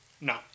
No